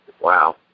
Wow